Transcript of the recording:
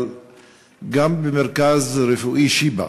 אבל גם במרכז רפואי שיבא,